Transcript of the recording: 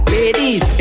Ladies